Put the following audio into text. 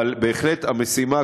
אבל בהחלט המשימה,